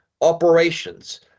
operations